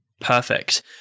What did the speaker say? Perfect